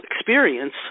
experience